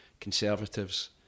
Conservatives